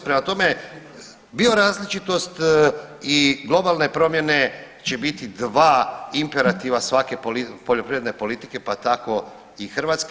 Prema tome biorazličitost i globalne promjene će biti dva imperativa svake poljoprivredne politike pa tako i hrvatske.